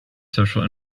social